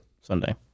Sunday